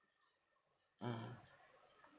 mm